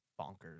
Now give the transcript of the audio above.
bonkers